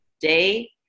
day